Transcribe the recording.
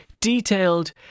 detailed